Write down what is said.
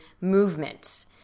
movement